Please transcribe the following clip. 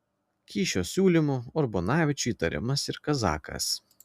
kyšio siūlymu urbonavičiui įtariamas ir kazakas